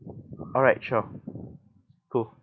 alright sure cool